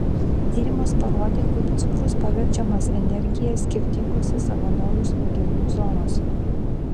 tyrimas parodė kaip cukrus paverčiamas energija skirtingose savanorių smegenų zonose